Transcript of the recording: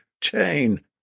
chain